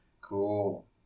Cool